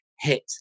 hit